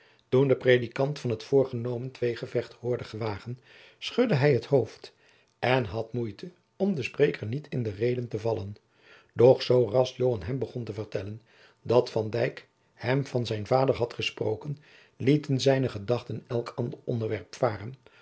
toen de predikant van het voorgenomen tweegevecht hoorde gewagen schudde hij het hoofd en had moeite om den spreker niet in de reden te vallen doch zooras joan hem begon te vertellen dat van dyk hem van zijn vader had gesproken lieten zijne gedachten elk ander onderwerp varen